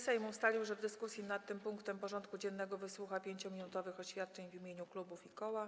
Sejm ustalił, że w dyskusji nad tym punktem porządku dziennego wysłucha 5-minutowych oświadczeń w imieniu klubów i koła.